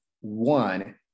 one